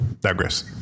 digress